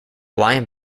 lion